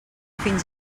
fins